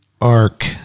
ark